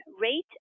rate